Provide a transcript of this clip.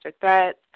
threats